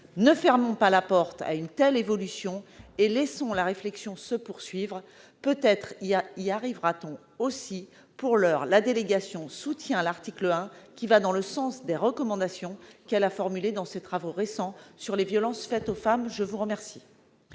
Ne fermons pas la porte à une telle évolution et laissons la réflexion se poursuivre. Peut-être y arrivera-t-on aussi ! Pour l'heure, la délégation soutient l'article 1, qui va dans le sens des recommandations qu'elle a formulées dans ses travaux récents sur les violences faites aux femmes. La parole